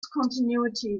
continuity